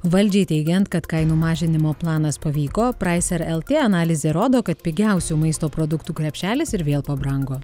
valdžiai teigiant kad kainų mažinimo planas pavyko praiser lt analizė rodo kad pigiausių maisto produktų krepšelis ir vėl pabrango